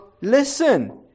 listen